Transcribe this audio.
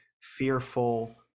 fearful